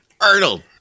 Arnold